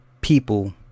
people